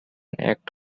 act